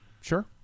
Sure